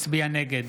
הצביע נגד